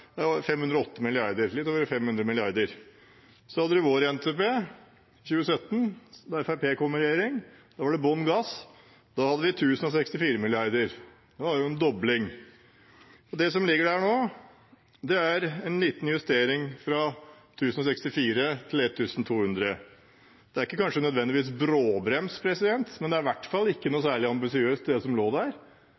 508 mrd. kr, litt over 500 mrd. kr. Så hadde vi vår NTP, i 2017, da Fremskrittspartiet kom i regjering. Da var det bånn gass, da hadde vi 1 064 mrd. kr, noe som var en dobling. Og det som ligger der nå, er en liten justering, fra 1 064 til 1 200. Det er ikke nødvendigvis bråbrems, men det er i hvert fall ikke noe